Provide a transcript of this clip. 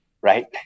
right